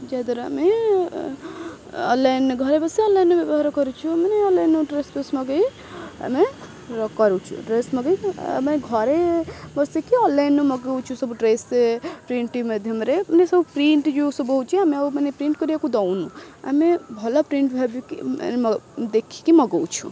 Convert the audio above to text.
ଯାହାଦ୍ୱାରା ଆମେ ଅନଲାଇନ୍ ଘରେ ବସି ଅନଲାଇନ୍ ବ୍ୟବହାର କରୁଛୁ ମାନେ ଅନଲାଇନ୍ ଡ୍ରେସ୍ ଫ୍ରେସ୍ ମଗେଇ ଆମେ କରୁଛୁ ଡ୍ରେସ୍ ମଗାଇ ଆମେ ଘରେ ବସିକି ଅନଲାଇନ୍ ମଗାଉଛୁ ସବୁ ଡ୍ରେସ୍ ପ୍ରିଣ୍ଟ୍ ମାଧ୍ୟମରେ ମାନେ ସବୁ ପ୍ରିଣ୍ଟ୍ ଯେଉଁ ସବୁ ହେଉଛି ଆମେ ଆଉ ମାନେ ପ୍ରିଣ୍ଟ୍ କରିବାକୁ ଦେଉନୁ ଆମେ ଭଲ ପ୍ରିଣ୍ଟ୍ ଭାବିକି ଦେଖିକି ମଗାଉଛୁ